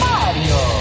Mario